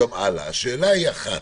השאלה היא אחת.